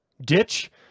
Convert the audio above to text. ditch